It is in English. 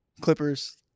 Clippers